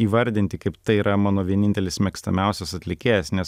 įvardinti kaip tai yra mano vienintelis mėgstamiausias atlikėjas nes